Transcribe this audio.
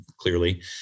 clearly